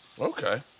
Okay